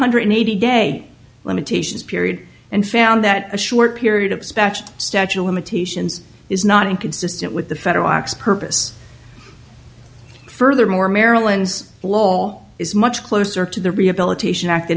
hundred eighty day limitations period and found that a short period of special statue limitations is not inconsistent with the federal tax purpose furthermore maryland's law is much closer to the rehabilitation act